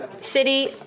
city